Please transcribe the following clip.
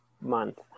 month